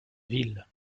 ville